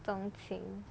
桂琴